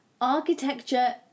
architecture